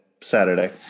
Saturday